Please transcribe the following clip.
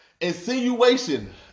Insinuation